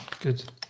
good